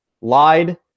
lied